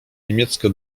niemieckie